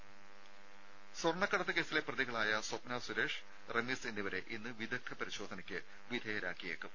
രേര സ്വർണ്ണക്കടത്ത് കേസിലെ പ്രതികളായ സ്വപ്നം സുരേഷ് റമീസ് എന്നിവരെ ഇന്ന് വിദഗ്ദ്ധ പരിശോധനയ്ക്ക് വിധേയരാക്കിയേക്കും